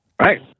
Right